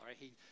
right